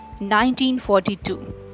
1942